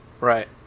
right